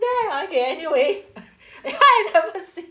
there okay anyway ya I never see